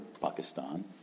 pakistan